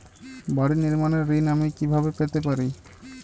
বাড়ি নির্মাণের ঋণ আমি কিভাবে পেতে পারি?